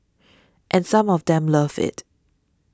and some of them love it